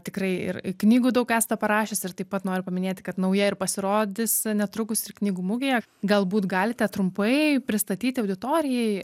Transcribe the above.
tikrai ir knygų daug esate parašęs ir taip pat noriu paminėti kad nauja ir pasirodys netrukus ir knygų mugėje galbūt galite trumpai pristatyti auditorijai